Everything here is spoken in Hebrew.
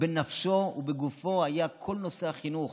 בנפשו ובגופו היה כל נושא החינוך.